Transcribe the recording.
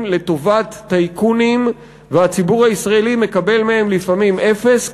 לטובת טייקונים והציבור הישראלי מקבל מהם לפעמים אפס,